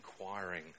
inquiring